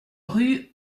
rue